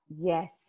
Yes